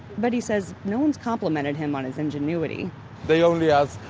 but he says no one's complimented him on his ingenuity they only ask,